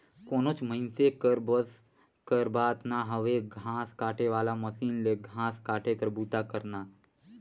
कोनोच मइनसे कर बस कर बात ना हवे घांस काटे वाला मसीन ले घांस काटे कर बूता करना